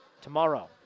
tomorrow